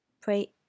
Pray